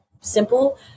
simple